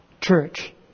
church